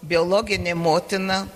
biologinė motina